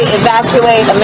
evacuate